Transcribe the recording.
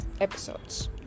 episodes